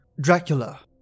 Dracula